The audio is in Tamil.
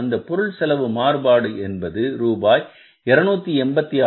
அந்தப் பொருள் செலவு மாறுபாடு என்பது ரூபாய் 286